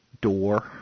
door